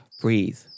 breathe